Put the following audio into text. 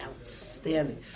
outstanding